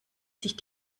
sich